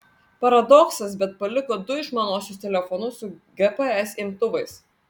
paradoksas bet paliko du išmaniuosius telefonus su gps imtuvais